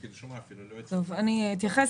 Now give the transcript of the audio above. טוב, אני אתייחס.